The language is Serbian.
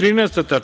reda.